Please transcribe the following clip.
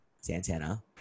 Santana